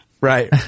Right